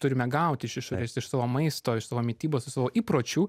turime gauti iš išorės iš savo maisto iš savo mitybos iš savo įpročių